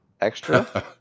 extra